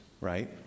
right